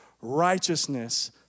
Righteousness